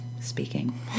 speaking